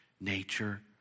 nature